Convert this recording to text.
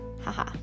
haha